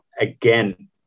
again